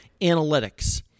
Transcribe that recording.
analytics